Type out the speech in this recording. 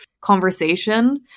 conversation